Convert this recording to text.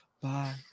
bye